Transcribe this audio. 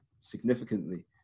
significantly